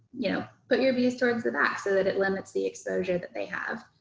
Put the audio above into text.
you know, put your bees towards the back so that it limits the exposure that they have.